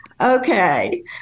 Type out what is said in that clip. okay